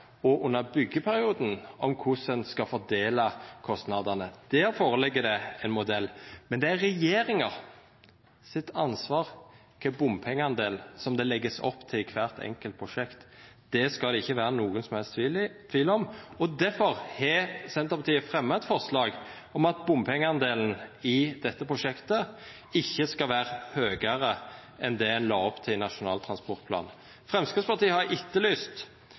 og under byggjeperioden om korleis ein skal fordela kostnadene. Der føreligg det ein modell, men det er regjeringa sitt ansvar kva bompengedel det vert lagt opp til i kvart enkelt prosjekt. Det skal det ikkje vera nokon som helst tvil om. Difor har Senterpartiet fremja eit forslag om at bompengedelen i dette prosjektet ikkje skal vera høgare enn det ein la opp til i Nasjonal transportplan. Framstegspartiet har etterlyst